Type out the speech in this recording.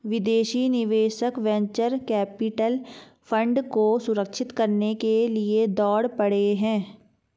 विदेशी निवेशक venture capital fund को सुरक्षित करने के लिए दौड़ पड़े हैं